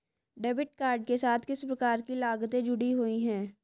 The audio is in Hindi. डेबिट कार्ड के साथ किस प्रकार की लागतें जुड़ी हुई हैं?